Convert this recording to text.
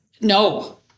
No